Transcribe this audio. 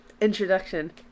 introduction